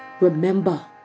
remember